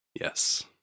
Yes